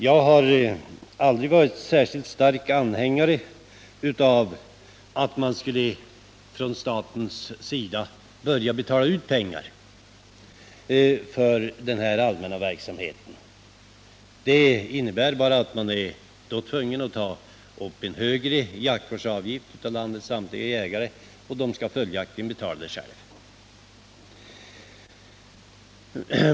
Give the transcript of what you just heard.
Jag har aldrig varit en särskilt stark anhängare av tanken att man från statens sida skall behöva betala ut pengar för den här allmänna verksamheten. Det skulle bara innebära att man var tvungen att ta ut en högre jaktvårdsavgift av landets samtliga jägare.